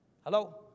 Hello